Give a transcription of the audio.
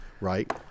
Right